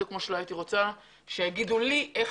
בדיוק כמו שלא הייתי רוצה שיגידו לי איך